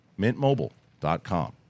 Mintmobile.com